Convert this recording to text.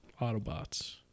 Autobots